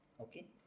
Okay